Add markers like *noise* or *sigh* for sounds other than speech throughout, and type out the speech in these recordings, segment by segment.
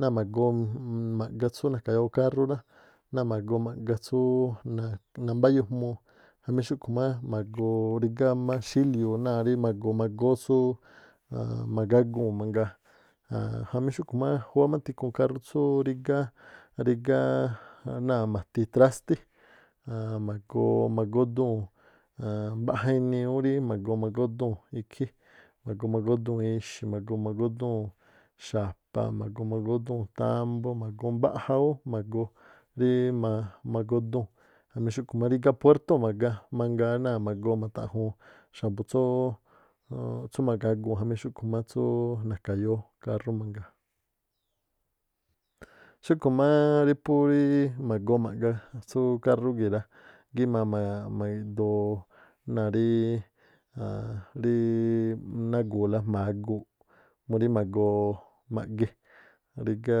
Náa̱ ma̱goo maꞌga tsú na̱ka̱yóó kárú rá, náa̱ ma̱goo maꞌga tsú nambáyú jmu̱u̱ jamí xúꞌkhu̱ má ma̱goo rígá má xíliuu̱ náa̱ rí ma̱goo ma̱góó tsú aann- ma̱ꞌgaguu̱n mangaa aan jamí xúꞌkhu̱ má, júwá má tikhuun kárú tsú rígá- rígá- náa̱ ma̱ti trástí aan ma̱goo magódúu̱n n mbaꞌja inii rí magódúu̱n ikhí, ma̱goo mágódúu̱n ixi̱, ma̱goo mágódúu̱n xa̱pa, ma̱goo mágódúu̱n támbú, ma̱goo mbaꞌja ú ma̱goo mágódúu̱n jamí xúꞌkhu̱ má rígá puertóo̱ maꞌgaa- mangaa náa̱ ma̱go̱o̱ mata̱ꞌju̱un xa̱bu̱ tsúú *hesitation* magaguu̱n jamí tsúú na̱ka̱yóó kárú mangaa, xúkhu̱ má rí púú rí ma̱goo ma̱ꞌga tsú kárú gii̱ rá, gíꞌmaa ma̱ma̱- ma̱gi̱ꞌdo̱o̱- náa̱ rí nagu̱u̱la jma̱a aguuꞌ murí ma̱goo ma̱ge rígá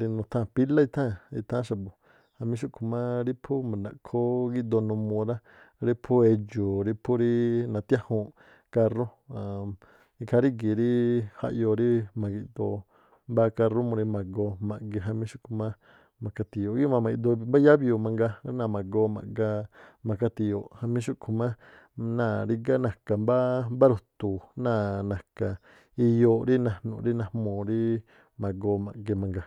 rí nutháa̱n pílá itháa̱n itháán xa̱bu̱ jamí xúkhu̱ má rí phú ma̱ndaꞌkhoo ú gíꞌdoo numuu rá, rí phú edxu̱u̱ rí phú rí nathiájuunꞌ kárú aann- ikhaa rígi̱ rí jaꞌyoo ríí ma̱gi̱ꞌdoo mbáá kárú murí ma̱goo ma̱ꞌge jamí xúꞌkhu̱ má mi̱kati̱yo̱o̱ꞌ, gíꞌmaa ma̱gi̱ꞌdoo mbá yábiuu̱ mangaa náa̱ ma̱goo ma̱ꞌgaa ma̱kati̱yo̱o̱ꞌ. Jamí xúꞌkhu̱ má náa̱ rígá na̱ka̱ mbá ru̱tu̱u̱ náa̱ na̱ka̱ iyooꞌ rí najnu̱ rí najmuu̱ rí ma̱goo ma̱ꞌꞌgee̱ mangaa.